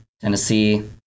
Tennessee